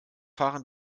fahren